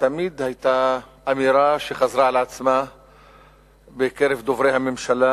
תמיד היתה אמירה שחזרה על עצמה בקרב דוברי הממשלה: